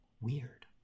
Weird